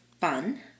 fun